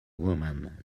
woman